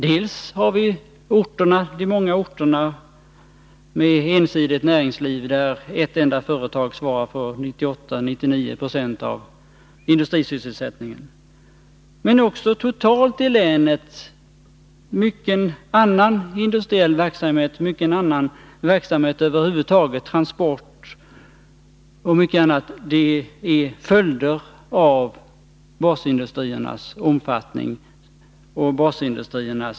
Vi har många orter med ensidigt näringsliv, där ett enda företag svarar för 98-99 9o av industrisysselsättningen, men i länet finns också mycken annan industriell verksamhet och verksamhet över huvud taget — transporter osv. — som är en följd av basindustriernas omfattning.